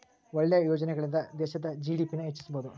ಒಳ್ಳೆ ಯೋಜನೆಗಳಿಂದ ದೇಶದ ಜಿ.ಡಿ.ಪಿ ನ ಹೆಚ್ಚಿಸ್ಬೋದು